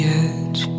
edge